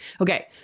Okay